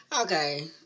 Okay